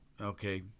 Okay